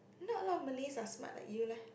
not a lot of Malays are smart like you leh